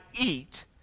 eat